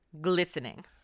glistening